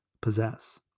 possess